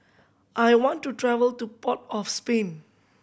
I want to travel to Port of Spain